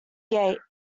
gate